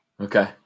okay